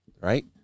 right